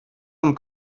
amb